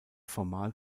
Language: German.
formal